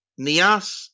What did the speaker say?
Nias